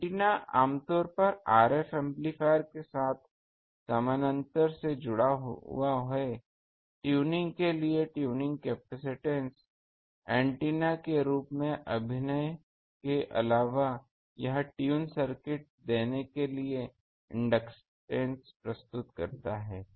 antenna आमतौर पर RF amplifier के साथ समानांतर में जुड़ा हुआ है ट्यूनिंग के लिए ट्यूनिंग कैपेसिटेंस एंटीना के रूप में अभिनय के अलावा यह ट्यून सर्किट देने के लिए इंडक्टैंस प्रस्तुत करता है